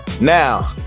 Now